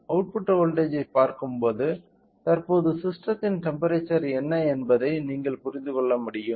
output voltage ஐ பார்க்கும்போது தற்போது ஸிஸ்டத்தின் டெம்ப்பெரேச்சர் என்ன என்பதை நீங்கள் புரிந்து கொள்ள முடியும்